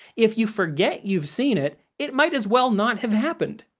if you forget you've seen it, it might as well not have happened!